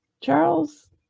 Charles